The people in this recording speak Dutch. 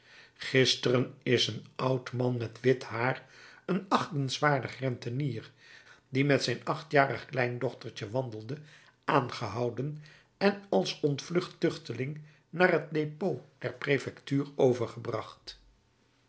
gisteren is een oud man met wit haar een achtenswaardig rentenier die met zijn achtjarig kleindochtertje wandelde aangehouden en als ontvlucht tuchteling naar het dépôt der prefectuur overgebracht